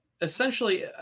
Essentially